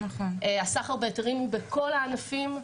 כי הסחר בהיתרים הוא בכל הענפים.